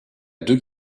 deux